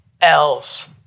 else